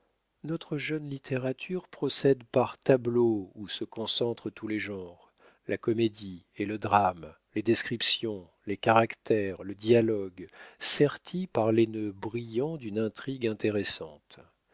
notre jeune littérature procède par tableaux où se concentrent tous les genres la comédie et le drame les descriptions les caractères le dialogue sortis par les nœuds brillants d'une intrigue intéressante